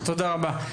תודה רבה.